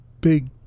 big